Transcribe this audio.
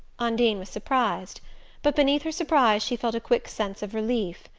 undine was surprised but beneath her surprise she felt a quick sense of relief.